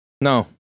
no